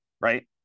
right